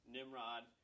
Nimrod